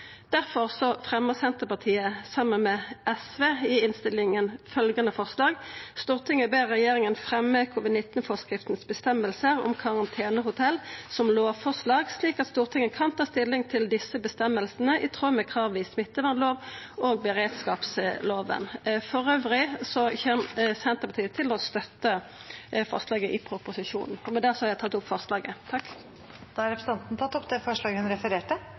Senterpartiet saman med SV i innstillinga følgjande forslag: «Stortinget ber regjeringen fremme covid-19-forskriftens bestemmelser om karantenehotell som lovforslag, slik at Stortinget kan ta stilling til disse bestemmelsene i tråd med kravet i smittevernloven og beredskapsloven.» Elles kjem Senterpartiet til å støtta forslaget i proposisjonen. Med dette har eg tatt opp forslaget. Da har representanten Kjersti Toppe tatt opp det forslaget hun refererte